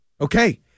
Okay